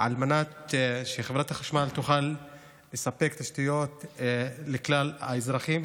על מנת שחברת החשמל תוכל לספק תשתיות לכלל האזרחים,